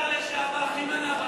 אדוני השר לשעבר, מי מנע בעדך?